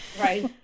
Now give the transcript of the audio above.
Right